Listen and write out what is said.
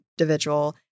individual